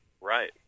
Right